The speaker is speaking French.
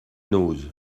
n’ose